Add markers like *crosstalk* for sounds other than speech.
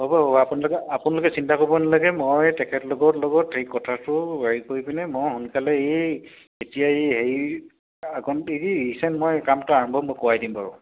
হ'ব হ'ব আপোনালোকে আপোনালোকে চিন্তা কৰিব নালাগে মই তেখেতলোকৰ লগত লগত সেই কথাটো হেৰি কৰি পিনে মই সোনকালে এই এতিয়া এই হেৰি *unintelligible* কি ৰিচেণ্ট মই কামটো আৰম্ভ মই কৰাই দিম বাৰু